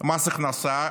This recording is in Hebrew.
מס הכנסה,